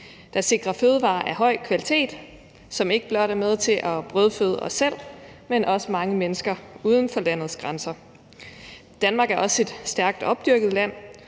der sikrer fødevarer af høj kvalitet, som ikke blot er med til at brødføde os selv, men også mange mennesker uden for landets grænser. Danmark er også et stærkt opdyrket land,